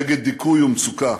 נגד דיכוי ומצוקה.